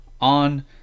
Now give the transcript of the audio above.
on